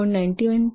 91 ते 1